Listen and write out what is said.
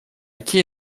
acquis